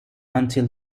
until